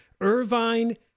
Irvine